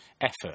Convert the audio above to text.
effort